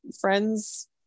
friends